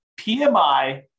PMI